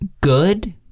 Good